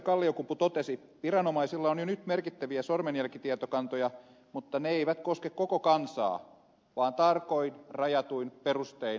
kalliokumpu totesi viranomaisilla on jo nyt merkittäviä sormenjälkitietokantoja mutta ne eivät koske koko kansaa vaan tarkoin rajatuin perustein määriteltyjä ryhmiä